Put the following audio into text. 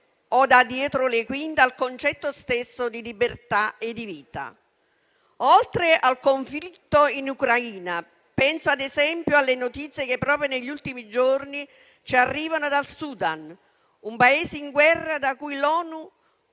o da dietro le quinte, al concetto stesso di libertà e di vita. Oltre al conflitto in Ucraina, penso ad esempio alle notizie che proprio negli ultimi giorni ci arrivano dal Sudan, un Paese in guerra da cui l'ONU